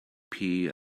gdp